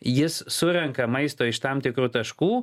jis surenka maisto iš tam tikrų taškų